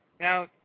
Now